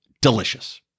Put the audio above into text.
delicious